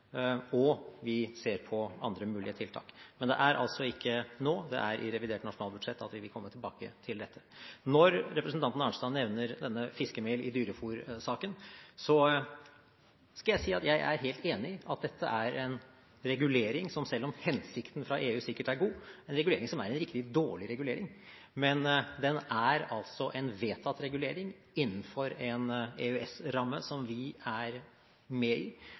og vi ser på andre mulige tiltak. Men det er altså ikke nå, det er i revidert nasjonalbudsjett vi vil komme tilbake til dette. Når representanten nevner denne saken med fiskemel i dyrefôr, skal jeg si at jeg er helt enig i at dette, selv om hensikten fra EU sikkert er god, er en regulering som er en riktig dårlig regulering, men den er altså en vedtatt regulering innenfor en EØS-ramme som vi er med i,